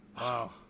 Wow